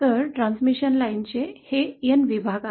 त्यामुळे हे ट्रान्समिशन लाइन्सचे n विभाग आहेत